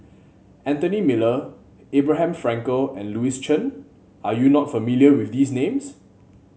Anthony Miller Abraham Frankel and Louis Chen are you not familiar with these names